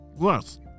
Yes